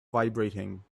vibrating